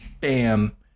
bam